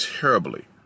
terribly